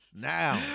now